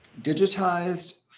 digitized